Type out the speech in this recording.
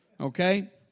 okay